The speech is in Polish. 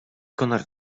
konar